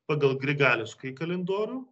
pagal grigališkąjį kalendorių